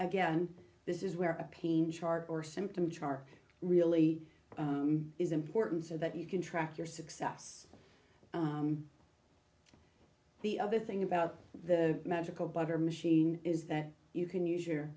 again this is where a pain chart or symptoms are really is important so that you can track your success the other thing about the magical butter machine is that you can use your